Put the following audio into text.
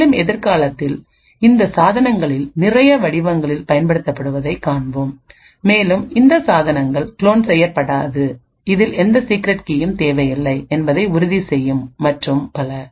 மேலும் எதிர்காலத்தில் இந்த சாதனங்களில் நிறைய வடிவங்களில் பயன்படுத்தப்படுவதைக் காண்போம் மேலும் இந்த சாதனங்கள் குளோன் செய்யப்படாது இதில் எந்த சீக்ரெட் கீயும் தேவையில்லை என்பதை உறுதி செய்யும் மற்றும் பல